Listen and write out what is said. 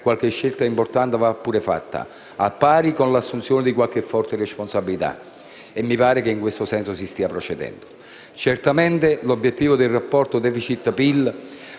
qualche scelta importante va pure fatta, al pari con l'assunzione di qualche forte responsabilità e mi pare che in questo senso si stia procedendo. Certamente l'obiettivo del rapporto *deficit*/PIL